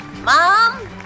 Mom